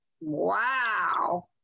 Wow